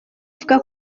ivuga